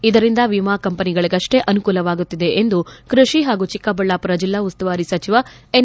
ಇದರಿಂದ ವಿಮಾ ಕಂಪನಿಗಳಗಷ್ಟೇ ಅನುಕೂಲವಾಗುತ್ತಿದೆ ಎಂದು ಕೃಷಿ ಹಾಗೂ ಚಿಕ್ಕಬಳ್ಳಾಪುರ ಜೆಲ್ಲಾ ಉಸ್ತುವಾರಿ ಸಚಿವ ಎನ್